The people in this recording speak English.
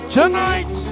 Tonight